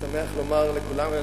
שמח לומר לכולם,